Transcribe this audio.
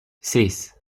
sis